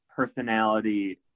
personality